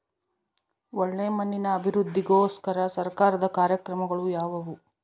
ಒಳ್ಳೆ ಮಣ್ಣಿನ ಅಭಿವೃದ್ಧಿಗೋಸ್ಕರ ಸರ್ಕಾರದ ಕಾರ್ಯಕ್ರಮಗಳು ಯಾವುವು?